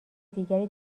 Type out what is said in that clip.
دیگری